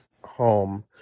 home